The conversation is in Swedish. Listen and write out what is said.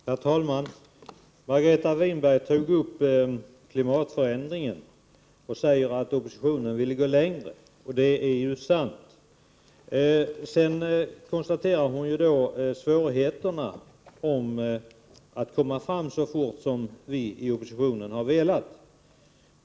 Herr talman! Margareta Winberg tog upp frågan om klimatförändringen och sade att oppositionen ville gå längre. Det är ju sant. Sedan konstaterar hon svårigheterna när det gäller att komma fram så fort som vi i oppositionen har velat.